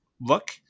look